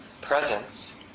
presence